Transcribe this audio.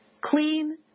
clean